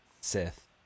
Sith